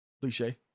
cliche